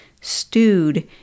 stewed